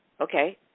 okay